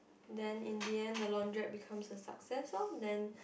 then in the end the laundrette becomes a success lor then